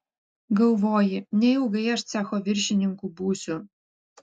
galvoji neilgai aš cecho viršininku būsiu